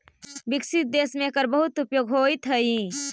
विकसित देश में एकर बहुत उपयोग होइत हई